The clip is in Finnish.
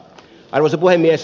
arvoisa puhemies